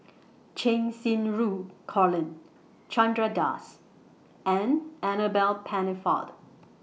Cheng Xinru Colin Chandra Das and Annabel Pennefather